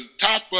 top